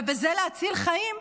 ובזה להציל חיים.